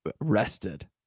Rested